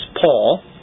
Paul